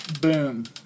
Boom